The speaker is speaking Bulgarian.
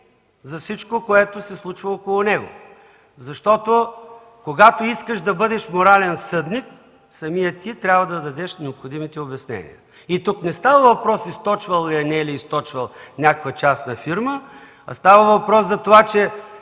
за всичко, което се случва около него. Когато искаш да бъдеш морален съдник, самият ти трябва да дадеш необходимите обяснения. Тук не става въпрос източвал ли е, не е ли източвал някаква частна фирма, а става въпрос за това, че